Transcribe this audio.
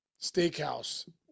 steakhouse